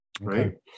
right